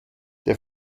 der